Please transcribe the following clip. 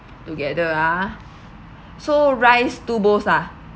together ah so rice two bowls ah